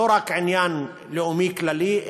לא רק עניין לאומי כללי,